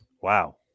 Wow